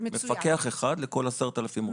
מפקח אחד לכל 10,000 עובדים.